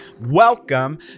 welcome